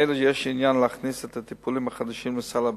לאלה יש עניין להכניס את הטפולים החדשים לסל הבריאות.